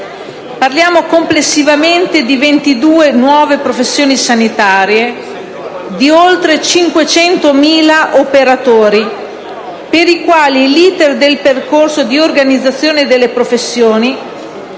Parliamo complessivamente di 22 nuove professioni sanitarie e di oltre 500.000 operatori, per i quali l'*iter* del percorso di organizzazione delle professioni